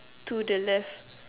to the left